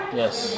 yes